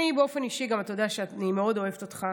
אתה יודע, אני גם באופן אישי מאוד אוהבת אותך.